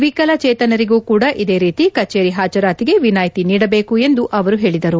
ವಿಕಲ ಚೇತನರಿಗೂ ಕೂಡಾ ಇದೇ ರೀತಿ ಕಚೇರಿ ಹಾಜರಾತಿಗೆ ವಿನಾಯ್ತಿ ನೀಡಬೇಕು ಎಂದು ಅವರು ಹೇಳಿದರು